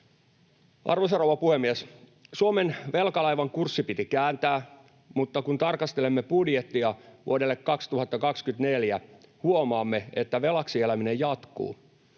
Arvoisa rouva puhemies! Suomen velkalaivan kurssi piti kääntää, mutta kun tarkastelemme budjettia vuodelle 2024, huomaamme, että velaksi eläminen jatkuu.